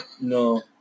No